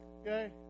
okay